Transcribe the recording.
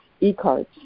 e-cards